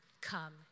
come